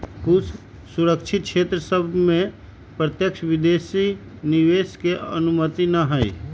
कुछ सँरक्षित क्षेत्र सभ में प्रत्यक्ष विदेशी निवेश के अनुमति न हइ